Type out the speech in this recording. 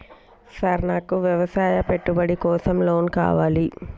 Sir నాకు వ్యవసాయ పెట్టుబడి కోసం లోన్ కావాలి?